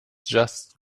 just